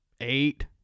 eight